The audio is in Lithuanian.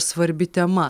svarbi tema